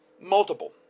Multiple